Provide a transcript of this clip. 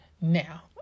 Now